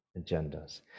agendas